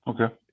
okay